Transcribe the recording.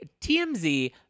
TMZ